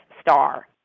star